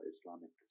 Islamic